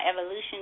Evolution